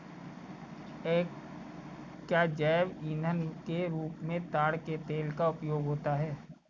क्या जैव ईंधन के रूप में ताड़ के तेल का उपयोग होता है?